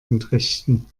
entrichten